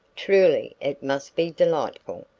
truly it must be delightful.